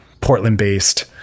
Portland-based